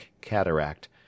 cataract